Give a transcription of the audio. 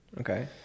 Okay